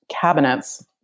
cabinets